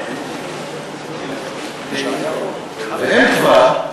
ואם כבר,